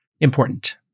important